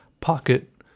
pocket